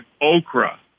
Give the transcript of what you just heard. okra